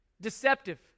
Deceptive